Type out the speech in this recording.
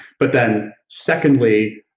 but then secondly,